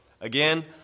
again